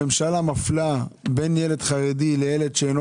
הממשלה מפלה בין ילד חרדי לילד שאינו